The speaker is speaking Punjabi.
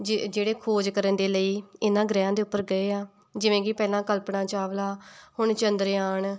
ਜੇ ਜਿਹੜੇ ਖੋਜ ਕਰਨ ਦੇ ਲਈ ਇਹਨਾਂ ਗ੍ਰਹਿਆਂ ਦੇ ਉੱਪਰ ਗਏ ਆ ਜਿਵੇਂ ਕਿ ਪਹਿਲਾਂ ਕਲਪਨਾ ਚਾਵਲਾ ਹੁਣ ਚੰਦਰਯਾਣ